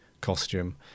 costume